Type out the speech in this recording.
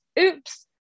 oops